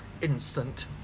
instant